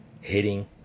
hitting